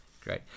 great